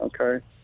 Okay